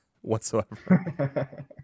whatsoever